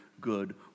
good